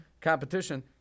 competition